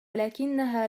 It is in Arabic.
لكنها